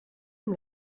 amb